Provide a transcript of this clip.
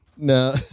No